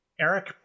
Eric